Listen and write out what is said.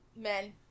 men